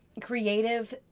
creative